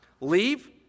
Leave